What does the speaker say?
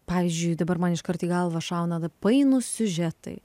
pavyzdžiui dabar man iškart į galvą šauna painūs siužetai